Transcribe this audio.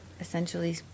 essentially